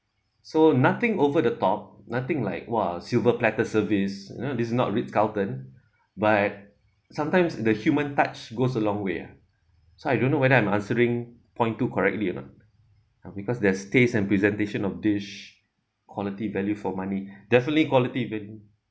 so nothing over the top nothing like !wah! silver platter service you know this is not ritz carlton but sometimes the human touch goes a long way ah so I don't know whether I'm answering point two correctly or not uh because there's taste and presentation of dish quality value for money definitely quality been